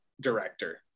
director